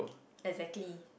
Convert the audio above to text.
exactly